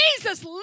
Jesus